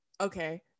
okay